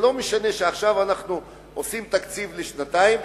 לא משנה שעכשיו אנחנו עושים תקציב לשנתיים,